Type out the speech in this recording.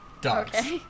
Dogs